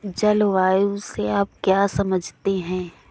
जलवायु से आप क्या समझते हैं?